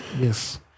Yes